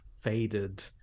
faded